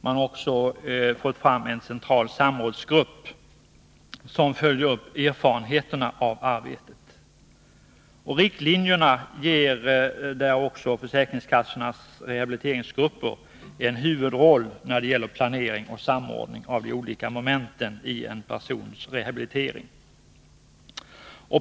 Man har också tillsatt en central samrådsgrupp, som följer upp erfarenheterna av arbetet. Man ger enligt de nämnda riktlinjerna försäkringskassornas rehabiliteringsgrupper en huvudroll när det gäller planering och samordning av de olika momenten i en persons rehabilitering.